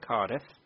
Cardiff